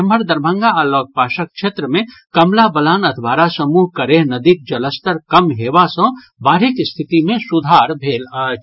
एम्हर दरभंगा आ लगपासक क्षेत्र मे कमला बलान अधवारा समूह करेह नदीक जलस्तर कम हेबा सँ बाढ़िक स्थिति मे सुधार भेल अछि